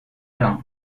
town